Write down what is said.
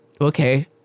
okay